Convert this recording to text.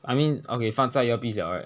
I mean okay 放上 earpiece 了 right